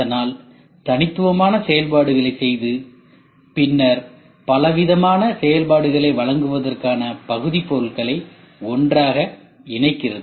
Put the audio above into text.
அதனால் தனித்துவமான செயல்பாடுகளைச் செய்து பின்னர் பலவிதமான செயல்பாடுகளை வழங்குவதற்காக பகுதிப் பொருட்களை ஒன்றாக இணைக்கிறது